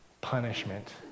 punishment